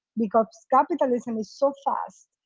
because capitalism is so fast,